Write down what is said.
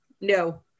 No